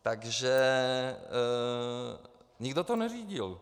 Takže nikdo to neřídil.